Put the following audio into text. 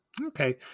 Okay